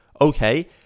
okay